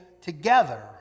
together